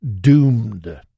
doomed